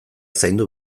zaindu